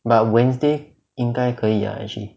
but wednesday 应该可以 ah actually